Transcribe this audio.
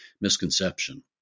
misconception